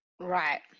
Right